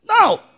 No